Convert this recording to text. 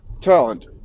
talent